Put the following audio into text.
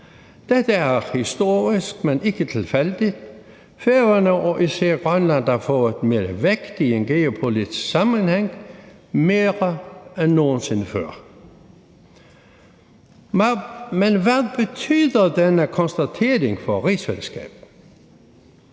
dette er historisk, men ikke tilfældigt. Færøerne og især Grønland har fået mere vægt i en geopolitisk sammenhæng, mere end nogen sinde før. Men hvad betyder denne konstatering for rigsfællesskabet?